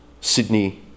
Sydney